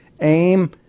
aim